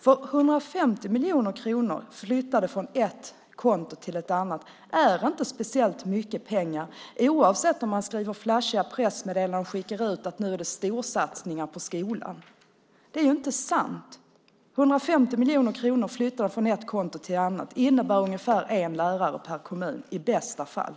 150 miljoner kronor flyttade från ett konto till ett annat är inte speciellt mycket pengar, oavsett om man skriver flashiga pressmeddelanden om att nu är det storsatsningar på skolan. Det är inte sant. 150 miljoner kronor flyttade från ett konto till ett annat innebär ungefär en lärare per kommun i bästa fall.